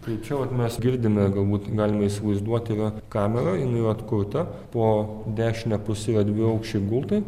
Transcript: tai čia vat mes girdime galbūt galime įsivaizduoti na kamerą jinai jau atkurta po dešine puse yra dviaukščiai gultai